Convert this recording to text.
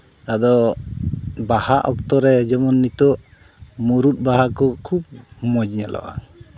ᱟᱫᱚ ᱵᱟᱦᱟ ᱚᱠᱛᱚᱨᱮ ᱡᱮᱢᱚᱱ ᱱᱤᱛᱚᱜ ᱢᱩᱨᱩᱫ ᱵᱟᱦᱟ ᱠᱚ ᱠᱷᱩᱵ ᱢᱚᱡᱽ ᱧᱮᱞᱚᱜᱼᱟ